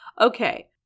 Okay